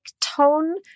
tone